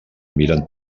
miren